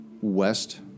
west